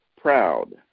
proud